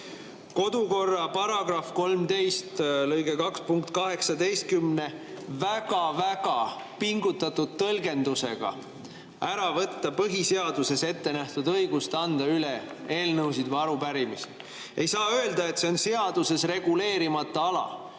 kodukorra § 13 lõike 2 punkti 18 väga pingutatud tõlgendusega ära võtta põhiseaduses ette nähtud õigust anda üle eelnõusid ja arupärimisi? Ei saa öelda, et see on seaduses reguleerimata ala.